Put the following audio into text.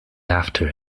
after